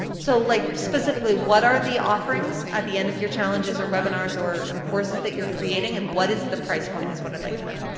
ah so like specifically what are the offering at the end of your challenges or webinars or or the courses that you're creating, and what is the price point is what i'd like to know.